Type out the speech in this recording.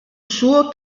suo